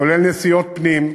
כולל נסיעות פנים,